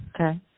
Okay